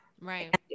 Right